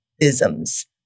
isms